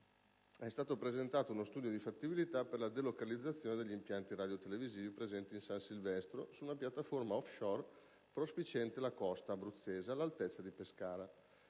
è stato presentato uno studio di fattibilità per la delocalizzazione degli impianti radiotelevisivi presenti in San Silvestro su una piattaforma *offshore* prospiciente la costa abruzzese all'altezza di Pescara.